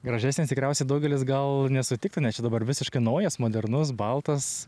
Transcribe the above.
gražesnis tikriausia daugelis gal nesutiktų nes čia dabar visiškai naujas modernus baltas